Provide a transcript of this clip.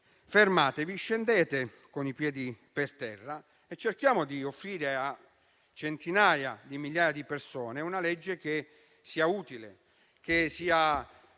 Fermatevi, scendete con i piedi per terra e cerchiamo di offrire a centinaia di migliaia di persone una legge utile, aderente